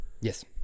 Yes